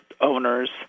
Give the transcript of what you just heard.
owners –